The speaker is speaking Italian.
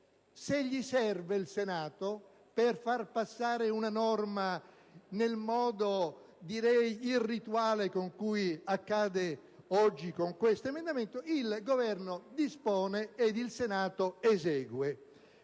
può servire per far passare una norma nel modo irrituale in cui accade oggi con questo emendamento, il Governo dispone ed il Senato esegue.